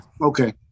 Okay